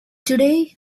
today